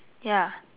ya